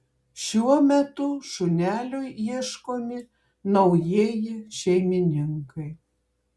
šiuo metu šuneliui ieškomi naujieji šeimininkai